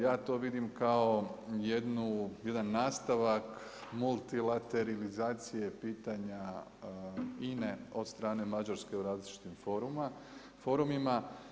Ja to vidim kao jedan nastavak multilaterizacije pitanja INA-e od strane Mađarske u različitim forumima.